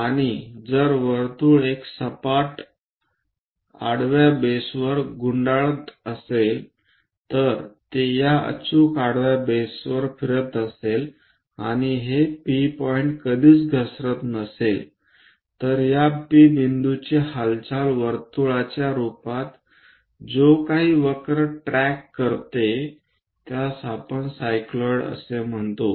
आणि जर वर्तुळ एका सपाट आडव्या बेसवर गुंडाळत असेल जर ते या अचूक आडव्या बेसवर फिरत असेल आणि हे P पॉइंट कधीच घसरत नसेल तर या P बिंदूची हालचाल वर्तुळाच्या रूपात जी काही वक्र ट्रॅक करते त्यास आपण सायक्लोइड असे म्हणतो